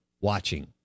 watching